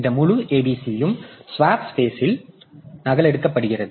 இந்த முழு abcயும் ஸ்வாப் ஸ்பேஸ்லும் நகலெடுக்கப்படுகிறது